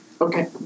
Okay